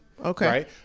Okay